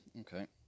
okay